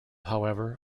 however